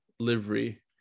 livery